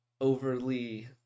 overly